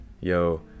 yo